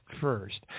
first